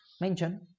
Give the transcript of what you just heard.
Mention